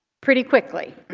pretty quickly.